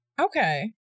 Okay